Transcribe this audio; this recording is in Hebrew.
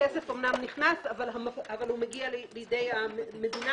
הכסף אמנם נכנס אבל הוא מגיע לידי המדינה,